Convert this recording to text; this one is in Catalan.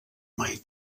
mai